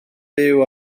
fyw